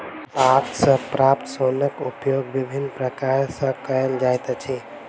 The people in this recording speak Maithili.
पात सॅ प्राप्त सोनक उपयोग विभिन्न प्रकार सॅ कयल जाइत अछि